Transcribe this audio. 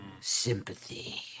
Sympathy